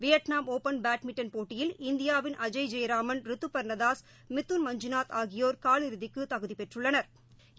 வியட்நாமில் open badminton போட்டியில் இந்தியாவின் அஜய் ஜெயராமன் ரித்துபா்னதாஸ் மிதுன் மஞ்சுநாத் ஆகியோா் கால் இறுதிக்குதகுதிபெற்றுள்ளனா்